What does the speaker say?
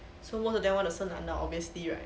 so most of them want to 生男的 obviously right